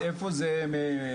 איפה זה יותר?